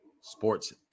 sports